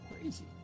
crazy